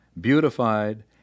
beautified